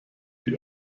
die